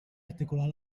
articular